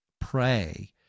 pray